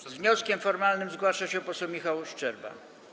Z wnioskiem formalnym zgłasza się poseł Michał Szczerba.